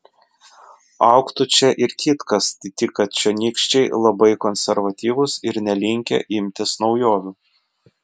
augtų čia ir kitkas tik kad čionykščiai labai konservatyvūs ir nelinkę imtis naujovių